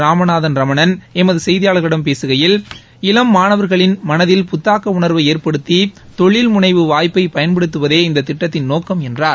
ராமநாதன் ரமணன் எமது செய்தியாளரிடம் பேசுகையில் இளம் மாணவர்களின் மனதில் புத்தாக்க உணர்வை ஏற்படுத்தி தொழில் முனைவு வாய்ப்பை பயன்படுத்துவதே இந்த திட்டத்தின் நோக்கம் என்றார்